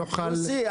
מוסי,